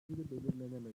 belirlenemedi